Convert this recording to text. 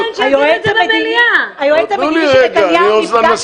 היועץ המדיני של נתניהו נפגש